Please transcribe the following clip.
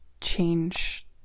change